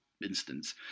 instance